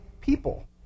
people